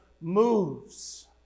moves